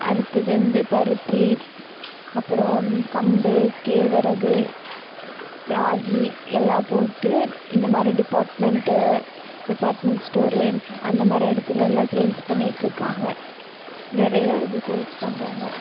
அடுத்தது வந்து பருத்தி அப்புறம் கம்பு கேழ்வரகு ராகி எல்லாம் போட்டு இந்த மாதிரி டிபாட்மெண்ட்டு டிபாட்மெண்ட் ஸ்டோரு அந்த மாதிரி இடத்துலெலாம் சேல்ஸ் பண்ணிகிட்ருக்காங்க நிறைய இது சேல்ஸ் பண்ணுறாங்க